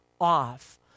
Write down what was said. off